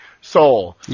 soul